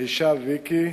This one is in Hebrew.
האשה ויקי,